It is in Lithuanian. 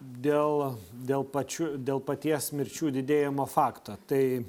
dėl dėl pačių dėl paties mirčių didėjimo fakto tai